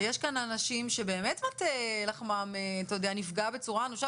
ויש כאן אנשים שבאמת מטה לחמם נפגע בצורה אנושה,